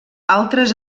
altres